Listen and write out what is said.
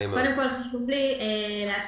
הוכיח